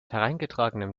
hereingetragenem